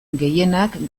gehienak